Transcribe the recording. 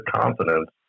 confidence